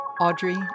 Audrey